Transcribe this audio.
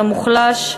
למוחלש,